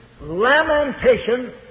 Lamentation